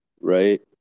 right